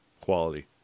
quality